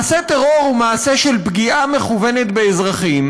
מעשה טרור הוא מעשה של פגיעה מכוונת באזרחים,